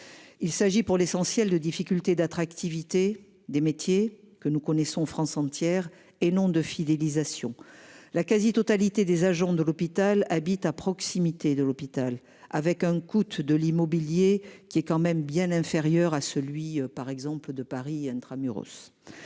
Il s'agit pour l'essentiel, de difficultés d'attractivité des métiers que nous connaissons France entière et non de fidélisation. La quasi-totalité des agents de l'hôpital habite à proximité de l'hôpital avec un coût de l'immobilier qui est quand même bien inférieur à celui par exemple de Paris intra-muros.